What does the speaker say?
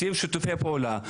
רוצים שיתופי פעולה,